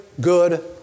good